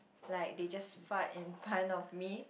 like they just fart in front of me